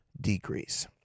decrease